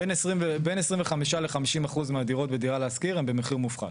בין 25-50 אחוז מהדירות בדירה להשכיר הן במחיר מופחת.